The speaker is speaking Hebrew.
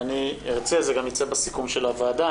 אני ארצה וזה גם יצא בסיכום של הוועדה.